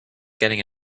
getting